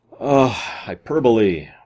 Hyperbole